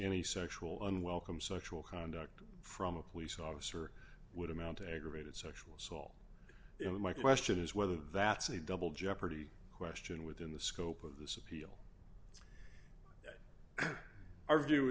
any sexual unwelcome sexual conduct from a police officer would amount to aggravated sexual assault in my question is whether that's a double jeopardy question within the scope of this appeal